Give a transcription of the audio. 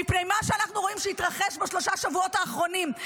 מפני מה שאנחנו רואים שהתרחש בשלושת השבועות האחרונים,